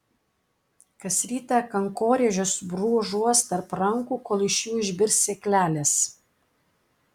kas rytą kankorėžius brūžuos tarp rankų kol iš jų išbirs sėklelės